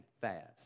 fast